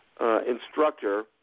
instructor